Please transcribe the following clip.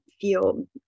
feel